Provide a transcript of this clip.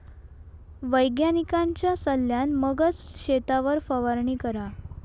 वैज्ञानिकांच्या सल्ल्यान मगच शेतावर फवारणी करा